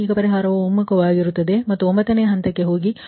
ಆದ್ದರಿಂದ ಪರಿಹಾರವು ಒಮ್ಮುಖವಾಗಿದೆ ಮತ್ತು 9 ನೇ ಹಂತಕ್ಕೆ ಹೋಗಿ